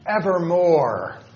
evermore